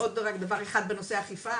עוד אולי דבר אחד בנושא אכיפה,